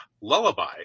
lullaby